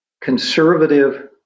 conservative